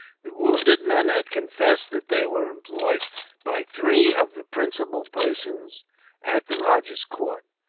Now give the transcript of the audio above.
the wounded men had confessed that they were employed by three of the principal persons at the rajah's court,